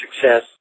success